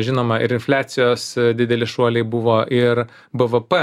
žinoma ir infliacijos dideli šuoliai buvo ir bvp